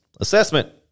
assessment